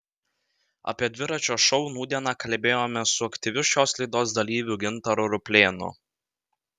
apie dviračio šou nūdieną kalbėjomės su aktyviu šios laidos dalyviu gintaru ruplėnu